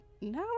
now